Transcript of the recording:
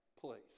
place